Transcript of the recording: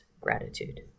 gratitude